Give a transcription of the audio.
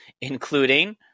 including